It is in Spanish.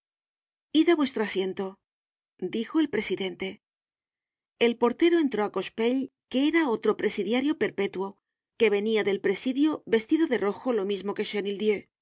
id á vuestro asiento dijo el presidente el portero entró á cochepaille qué era otro presidiario perpétuo que venia del presidio vestido de rojo lo mismo que